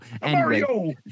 Mario